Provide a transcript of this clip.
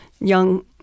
young